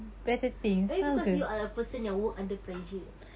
maybe because you are a person yang work under pressure